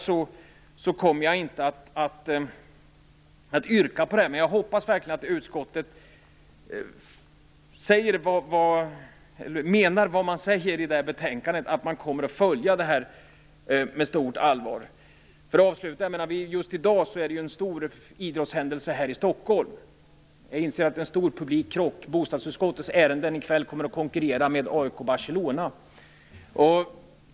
Men jag kommer inte att yrka bifall till den. Jag hoppas verligen att utskottet menar det som sägs i betänkandet, att man med stort allvar kommer att följa utvecklingen. Just i dag är det en stor idrottshändelse här i Stockholm. Jag inser att det kommer att bli en stor publikkonkurrens. Bostadsutskottets ärende kommer att konkurrera med fotbollsmatchen mellan AIK och Barcelona.